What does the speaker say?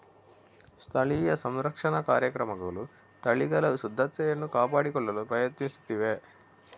ಸ್ಥಳೀಯ ಸಂರಕ್ಷಣಾ ಕಾರ್ಯಕ್ರಮಗಳು ತಳಿಗಳ ಶುದ್ಧತೆಯನ್ನು ಕಾಪಾಡಿಕೊಳ್ಳಲು ಪ್ರಯತ್ನಿಸುತ್ತಿವೆ